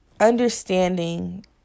Understanding